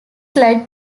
led